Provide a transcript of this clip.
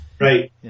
Right